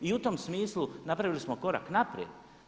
I u tom smislu napravili smo korak naprijed.